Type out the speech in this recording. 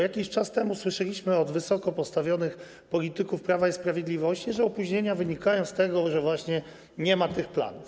Jakiś czas temu słyszeliśmy od wysoko postawionych polityków Prawa i Sprawiedliwości, że opóźnienia wynikają z tego, że właśnie nie ma tych planów.